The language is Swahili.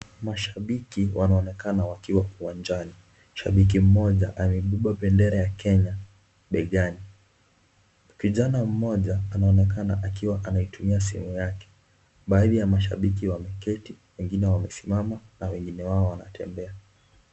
Mashabiki wanaonekana wakiwa uwanjani, shabiki mmoja amebeba bendera ya Kenya begani, kijana mmoja anaonekana akiwa anaitumia simu yake baadhi ya mashabiki wameketi, wengine wamesimama wengine wao wanatembea.